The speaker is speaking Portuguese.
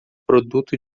produto